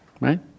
Right